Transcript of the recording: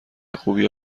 خوبیه